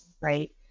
right